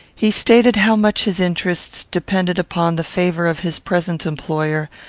he stated how much his interests depended upon the favour of his present employer,